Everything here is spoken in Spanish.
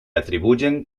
atribuyen